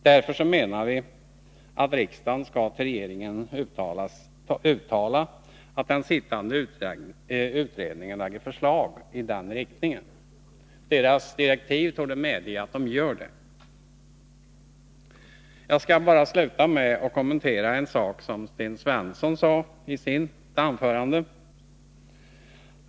Därför menar vi att riksdagen till regeringen skall uttala att den sittande utredningen skall lägga fram förslag i den riktningen. Dess direktiv torde medge att den gör det. j Jag skall till slut bara kommentera ett uttalande som Sten Svensson gjorde i sitt anförande.